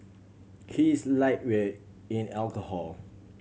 he is a lightweight in alcohol